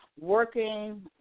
working